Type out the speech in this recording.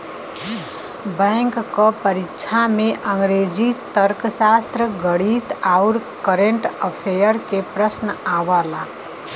bank क परीक्षा में अंग्रेजी, तर्कशास्त्र, गणित आउर कंरट अफेयर्स के प्रश्न आवला